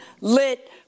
lit